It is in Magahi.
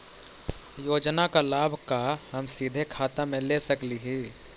योजना का लाभ का हम सीधे खाता में ले सकली ही?